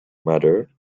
mater